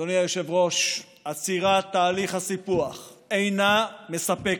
אדוני היושב-ראש, עצירת תהליך הסיפוח אינה מספקת.